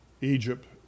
Egypt